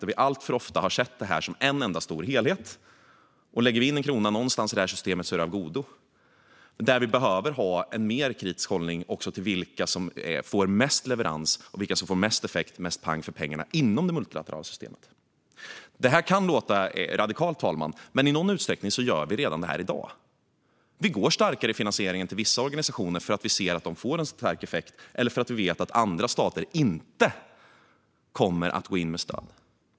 Vi har alltför ofta sett detta som en enda stor helhet, och lägger vi in en krona någonstans i systemet är det av godo. Vi behöver ha en mer kritisk hållning också till vilka som levererar mest och får mest effekt, mest pang för pengarna, inom det multilaterala systemet. Det kan låta radikalt, herr talman. Men i någon utsträckning gör vi redan detta i dag. Vi finansierar vissa organisationer starkare för att vi ser att de får stark effekt eller för att vi vet att andra stater inte kommer att gå in med stöd.